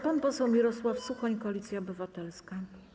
Pan poseł Mirosław Suchoń, Koalicja Obywatelska.